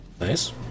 Nice